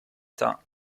età